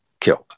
killed